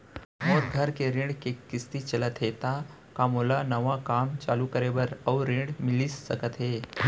मोर घर के ऋण के किसती चलत हे ता का मोला नवा काम चालू करे बर अऊ ऋण मिलिस सकत हे?